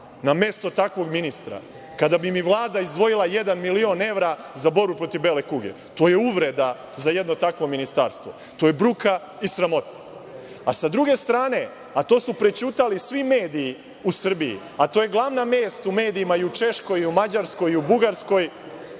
na mesto takvog ministra kada bi mi Vlada izdvojila jedan milion evra za borbu protiv bele kuge. To je uvreda za jedno takvo ministarstvo. To je bruka i sramota. Sa druge strane, a to su prećutali svi mediji u Srbiji, dok je glavna vest u medijima i u Češkoj i u Mađarskoj i u Bugarskoj,